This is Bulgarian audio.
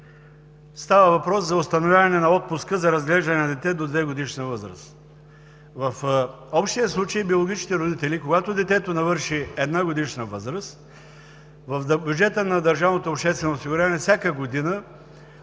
става въпрос за установяване на отпуска за разглеждане на дете до 2-годишна възраст. В общия случай биологичните родители, когато детето навърши 1-годишна възраст, в бюджета на държавното